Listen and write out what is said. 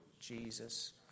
Jesus